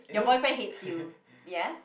your boyfriend hates you ya